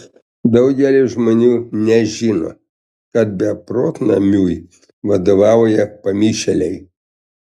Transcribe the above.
daugelis žmonių nežino kad beprotnamiui vadovauja pamišėliai